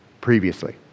previously